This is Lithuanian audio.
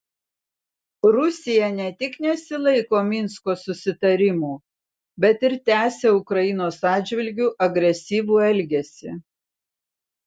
rusija ne tik nesilaiko minsko susitarimų bet ir tęsia ukrainos atžvilgiu agresyvų elgesį